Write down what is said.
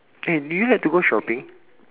!hey! do you like to go shopping